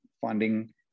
funding